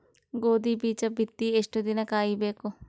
ಗೋಧಿ ಬೀಜ ಬಿತ್ತಿ ಎಷ್ಟು ದಿನ ಕಾಯಿಬೇಕು?